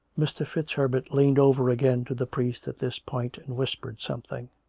mr. fitzherbert leaned over again to the priest at this point and whispered something.